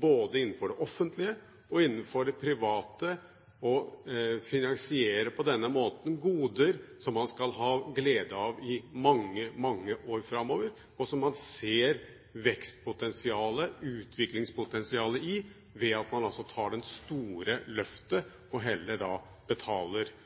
både innenfor det offentlige og innenfor det private å finansiere goder på denne måten – goder som man skal ha glede av i mange år framover, og som man ser vekstpotensialet, utviklingspotensialet, i ved at man tar det store løftet og heller betaler